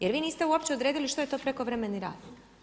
Jer vi niste uopće odredili što je prekovremeni rad.